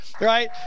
right